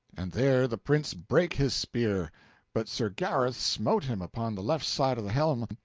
and there the prince brake his spear but sir gareth smote him upon the left side of the helm,